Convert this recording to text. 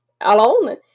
alone